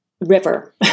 river